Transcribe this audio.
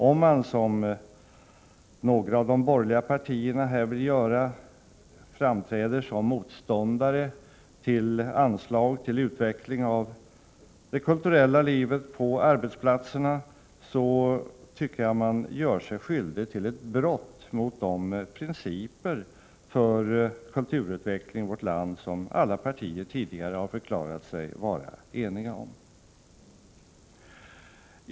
Om man, som några av de borgerliga partierna vill göra, framträder som motståndare till anslag till utveckling av det kulturella livet på arbetsplatserna, tycker jag att man gör sig skyldig till ett brott mot de principer för kulturutveckling i vårt land som alla partier har förklarat sig var eniga om.